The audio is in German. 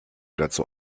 dazu